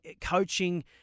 coaching